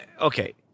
Okay